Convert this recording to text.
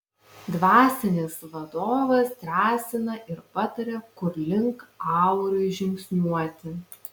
dvasinis vadovas drąsina ir pataria kur link auriui žingsniuoti